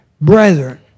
brethren